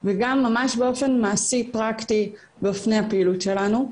וגם ממש באופן מעשי פרקטי באופני הפעילות שלנו.